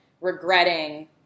regretting